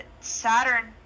Saturn